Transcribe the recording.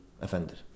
offended